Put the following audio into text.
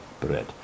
bread